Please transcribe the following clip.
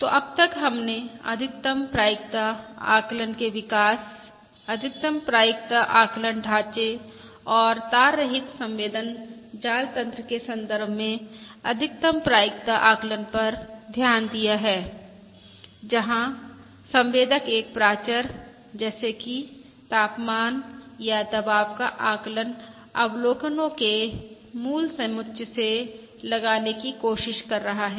तो अब तक हमने अधिकतम प्रायिकता आकलन के विकास अधिकतम प्रायिकता आकलन ढांचे और तार रहित संवेदन जाल तन्त्र के संदर्भ में अधिकतम प्रायिकता आकलन पर ध्यान दिया है जहां संवेदक एक प्राचर जैसे कि तापमान या दबाव का आकलन अवलोकनों के मूल सम्मुच्य से लगाने की कोशिश कर रहा है